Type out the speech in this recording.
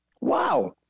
Wow